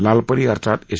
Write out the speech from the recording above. लालपरी अर्थात एस